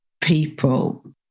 people